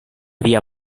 via